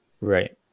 right